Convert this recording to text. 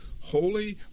holy